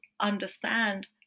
understand